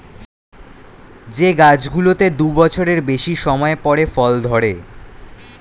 যে গাছগুলোতে দু বছরের বেশি সময় পরে ফল ধরে